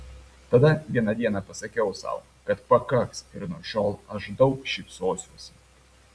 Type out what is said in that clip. tada vieną dieną pasakiau sau kad pakaks ir nuo šiol aš daug šypsosiuosi